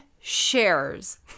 shares